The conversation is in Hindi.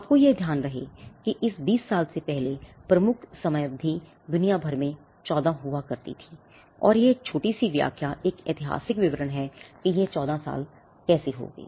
आपको यह ध्यान रहे कि इस 20 साल से पहले प्रमुख समयावधि दुनिया भर में 14 हुआ करती थी और यह छोटी सी व्याख्या एक ऐतिहासिक विवरण है कि यह 14 साल कैसे हो गई